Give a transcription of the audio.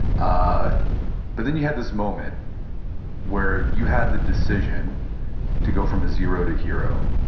ah but then you had this moment where you had the decision to go from a zero to hero.